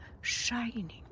shining